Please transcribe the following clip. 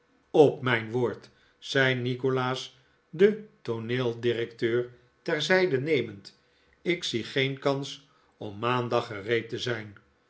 op mijn woord zei nikolaas den tooneeldirecteur ter zijde nemend ik zie geen kans om maandag gereed te zijn